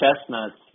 chestnuts